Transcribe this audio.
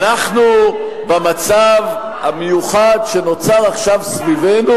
במצב המיוחד שנוצר עכשיו סביבנו,